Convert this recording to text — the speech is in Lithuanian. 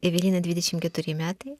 evelina dvidešimt keturi metai